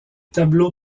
tableaux